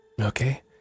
Okay